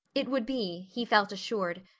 it would be, he felt assured,